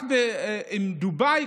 רק עם דובאי,